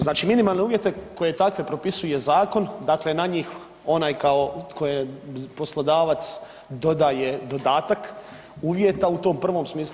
Znači, minimalne uvjete koje takve propisuje zakon, dakle na njih onaj kao, tko je poslodavac dodaje dodatak uvjeta u tom prvom smislu.